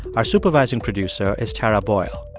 our supervising producer is tara boyle.